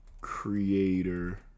creator